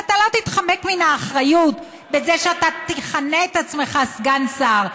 אז אתה לא תתחמק מן האחריות בזה שאתה תכנה את עצמך סגן שר.